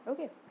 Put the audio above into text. Okay